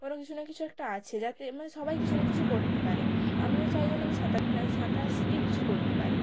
কোনো কিছু না কিছু একটা আছে যাতে মানে সবাই কিছু না কিছু করতে পারে আমিও চাই যেন আমি সাঁতারটা সাঁতার শিখে কিছু করতে পারি